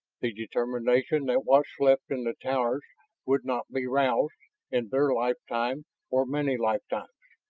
the determination that what slept in the towers would not be roused in their lifetime or many lifetimes!